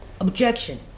objection